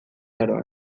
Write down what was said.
aroan